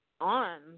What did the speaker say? on